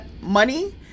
money